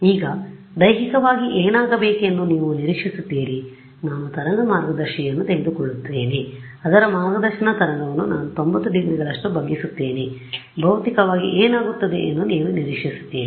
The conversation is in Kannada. ಈಗ ದೈಹಿಕವಾಗಿ ಏನಾಗಬೇಕೆಂದು ನೀವು ನಿರೀಕ್ಷಿಸುತ್ತೀರಿ ನಾನು ತರಂಗ ಮಾರ್ಗದರ್ಶಿಯನ್ನು ತೆಗೆದುಕೊಳ್ಳುತ್ತೇನೆ ಅದರ ಮಾರ್ಗದರ್ಶನ ತರಂಗವನ್ನು ನಾನು 90 ಡಿಗ್ರಿಗಳಷ್ಟು ಬಗ್ಗಿಸುತ್ತೇನೆ ಭೌತಿಕವಾಗಿ ಏನಾಗುತ್ತದೆ ಎಂದು ನೀವು ನಿರೀಕ್ಷಿಸುತ್ತೀರಿ